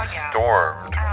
stormed